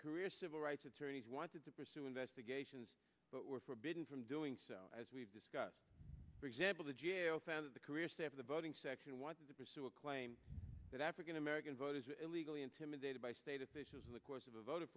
career civil rights attorneys wanted to pursue investigations but were forbidden from doing so as we've discussed for example to jail found the career staff of the voting section wanted to pursue a claim that african american voters illegally intimidated by state officials in the course of a vote